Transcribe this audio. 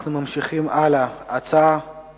אנחנו ממשיכים בסדר-היום.